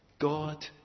God